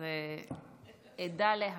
אדע להבא.